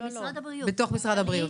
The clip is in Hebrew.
משרד הבריאות.